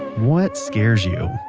what scares you?